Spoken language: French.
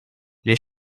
les